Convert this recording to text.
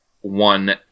One